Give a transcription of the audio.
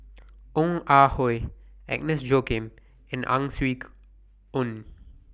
Ong Ah Hoi Agnes Joaquim and Ang Swee Aun